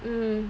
mm